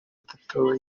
atatu